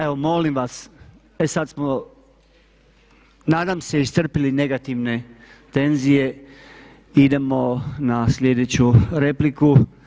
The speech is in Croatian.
Evo molim vas, e sada smo nadam se iscrpili negativne tenzije i idemo na sljedeću repliku.